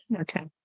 Okay